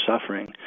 suffering